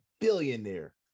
billionaire